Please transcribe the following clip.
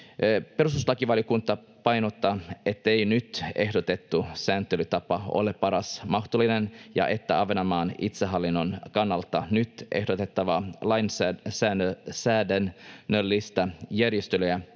Perustuslakivaliokunta painottaa, ettei nyt ehdotettu sääntelytapa ole paras mahdollinen ja että Ahvenanmaan itsehallinnon kannalta nyt ehdotettavaa lainsäädännöllistä järjestelyä